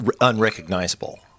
unrecognizable